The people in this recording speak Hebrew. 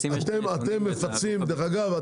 אגב,